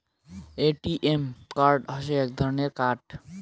ATM card হসে এক ধরণের কার্ড